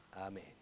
Amen